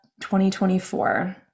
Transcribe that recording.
2024